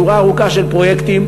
בשורה ארוכה של פרויקטים.